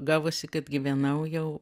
gavosi kad gyvenau jau